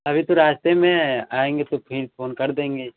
अभी तो रास्ते में हैं आएँगे तो प्लीज फ़ोन कर देंगे